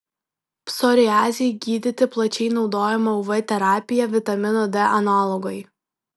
psoriazei gydyti plačiai naudojama uv terapija vitamino d analogai